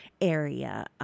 area